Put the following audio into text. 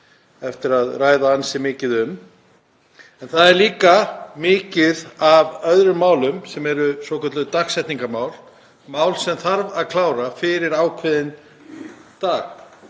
eftir að ræða ansi mikið um. En það er líka mikið af öðrum málum sem eru svokölluð dagsetningarmál, mál sem þarf að klára fyrir ákveðinn dag.